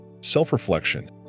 Self-reflection